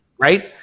right